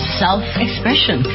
self-expression